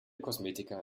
kosmetika